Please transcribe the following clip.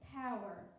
power